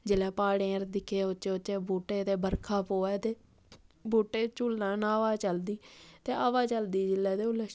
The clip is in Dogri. जिल्लै प्हाड़ें पर दिक्खे उच्चे उच्चे बूह्टे ते बरखा पवै ते बूह्टे झुल्लन हवा चलदी ते हवा चलदी जिल्लै ते उल्लै